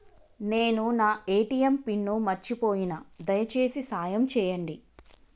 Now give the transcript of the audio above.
నేను నా ATM pin మర్చిపోయిన, దయచేసి సాయం చేయండి